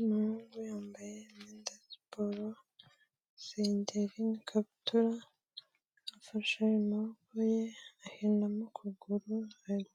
Umuhungu yambaye imyenda siporo isengeri ikabutura afashe ukuboko ahinamo ukuguru